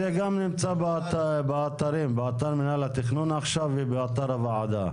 זה גם נמצא באתר מינהל התכנון ובאתר הוועדה.